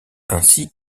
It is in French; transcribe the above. ainsi